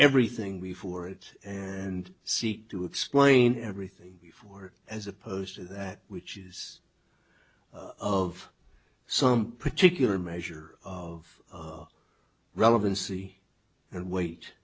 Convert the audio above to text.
everything before it and seek to explain everything before as opposed to that which is of some particular measure of relevancy and weight